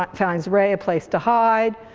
but finds ray a place to hide.